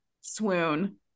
Swoon